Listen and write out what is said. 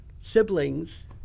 siblings